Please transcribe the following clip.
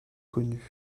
connues